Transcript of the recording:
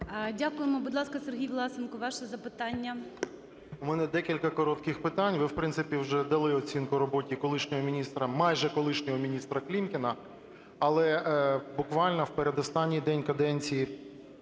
Дякуємо. Будь ласка, Сергій Власенко, ваше запитання. 16:17:45 ВЛАСЕНКО С.В. У мене декілька коротких питань. Ви, в принципі, вже дали оцінку роботі колишнього міністра, майже колишнього міністра Клімкіна. Але буквально в передостанній день каденції